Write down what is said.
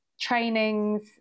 trainings